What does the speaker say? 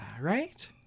right